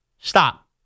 Stop